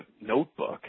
notebook